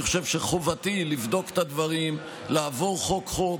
אני חושב שחובתי לבדוק את הדברים לעבור חוק-חוק,